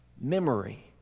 memory